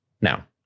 Now